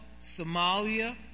Somalia